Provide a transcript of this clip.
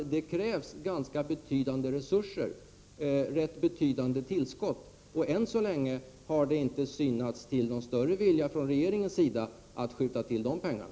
Det krävs ganska betydande resurser och rätt betydande tillskott. Än så länge har det inte synts till någon större vilja från regeringens sida att skjuta till de pengarna.